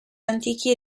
antichi